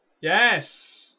Yes